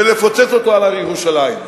ולפוצץ אותו על ירושלים,